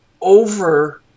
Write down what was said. over